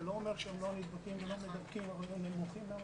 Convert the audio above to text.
זה לא אומר שהם לא נדבקים ולא מדבקים אבל המספרים נמוכים מאוד